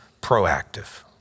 proactive